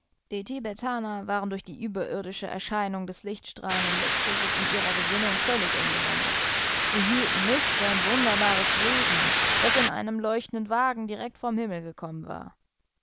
waren durch die überirdische erscheinung des lichtstrahlenden luftschiffes in ihrer gesinnung völlig umgewandelt sie hielten mich für ein wunderbares wesen das in einem leuchtenden wagen direkt vom himmel gekommen war